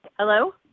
Hello